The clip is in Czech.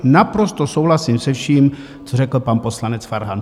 Naprosto souhlasím se vším, co řekl pan poslanec Farhan.